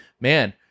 Man